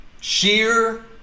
sheer